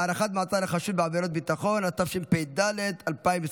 (הארכת מעצר לחשוד בעבירת ביטחון), התשפ"ד 2024,